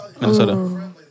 Minnesota